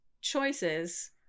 choices